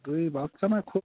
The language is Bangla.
দুই বাচ্চা না খুব